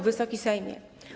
Wysoki Sejmie!